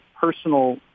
personal